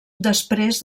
després